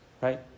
right